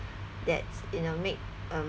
that's you know make um